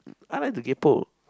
I like to kaypo